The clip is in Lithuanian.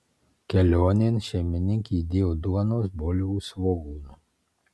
kelionėn šeimininkė įdėjo duonos bulvių svogūnų